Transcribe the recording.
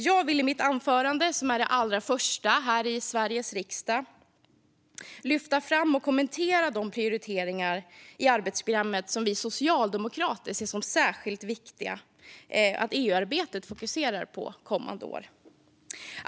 Jag vill i mitt anförande - som är mitt allra första här i Sveriges riksdag - lyfta fram och kommentera de prioriteringar i arbetsprogrammet som vi socialdemokrater ser som särskilt viktiga att EU-arbetet fokuserar på kommande år.